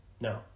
No